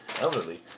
elderly